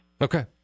Okay